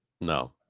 No